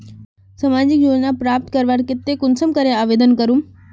सामाजिक योजना प्राप्त करवार केते कुंसम करे आवेदन करूम?